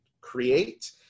create